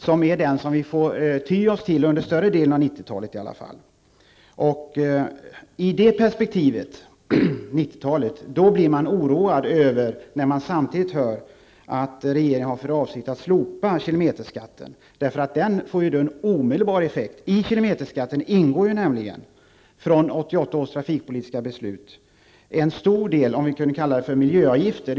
Det är den vi får ty oss till under större delen av 90-talet. I det perspektivet blir man oroad när man samtidigt hör att regeringen har för avsikt att slopa kilometerskatten. Det får ju en omedelbar effekt. I kilometerskatten ingår nämligen, genom 1988 års trafikpolitiska beslut, en stor del miljöavgifter.